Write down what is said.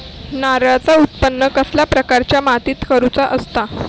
नारळाचा उत्त्पन कसल्या प्रकारच्या मातीत करूचा असता?